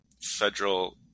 federal